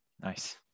Nice